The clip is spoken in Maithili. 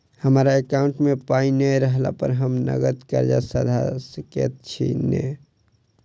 हमरा एकाउंट मे पाई नै रहला पर हम नगद कर्जा सधा सकैत छी नै?